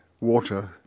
water